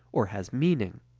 or has meaning.